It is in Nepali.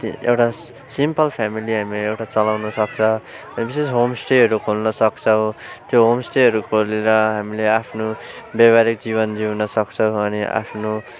एउटा सिम्पल फेमिली हामीले एउटा चलाउन सक्छ विशेष होमस्टेहरू खोल्न सक्छौँ त्यो होमस्टेहरू खोलेर हामीले आफ्नो व्यावहारिक जीवन जिउन सक्छौँ अनि आफ्नो